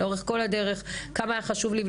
לאורך כל הדרך ,כמה היה חשוב לי,